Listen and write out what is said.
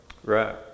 Right